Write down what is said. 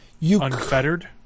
unfettered